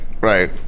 Right